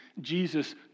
Jesus